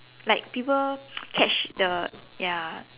like people catch the ya